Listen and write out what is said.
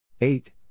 eight